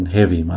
Heavy